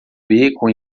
beco